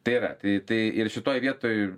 tai yra tai tai ir šitoj vietoj